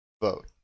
vote